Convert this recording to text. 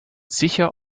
sicher